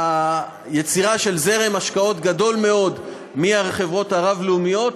ליצירה של זרם השקעות גדול מאוד מהחברות הרב-לאומיות,